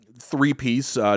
three-piece